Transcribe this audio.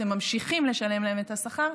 אתם ממשיכים לשלם להם את השכר,